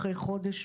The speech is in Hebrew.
אחרי חודש,